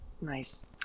Nice